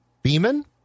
Beeman